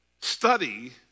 study